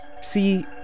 See